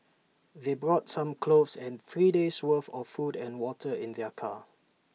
they brought some clothes and three days' worth of food and water in their car